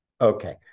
Okay